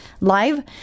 live